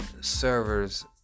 servers